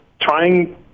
trying